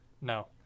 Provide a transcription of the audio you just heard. No